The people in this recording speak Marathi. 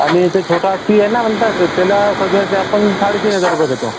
आणि इथं छोटा हत्ती आहे ना म्हणतात त्याला सजवायचे आपण साडेतीन हजार रुपये घेतो